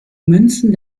münzen